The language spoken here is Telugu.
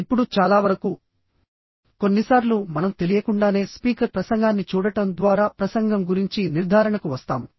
ఇప్పుడు చాలా వరకు కొన్నిసార్లు మనం తెలియకుండానే స్పీకర్ ప్రసంగాన్ని చూడటం ద్వారా ప్రసంగం గురించి నిర్ధారణకు వస్తాము